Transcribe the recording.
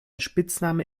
spitzname